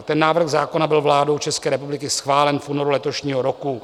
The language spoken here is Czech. Ten návrh zákona byl vládou České republiky schválen v únoru letošního roku.